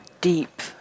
deep